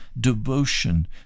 devotion